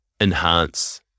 enhance